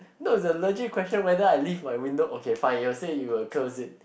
no the legit question whether I leave my window okay fine you will say you will close it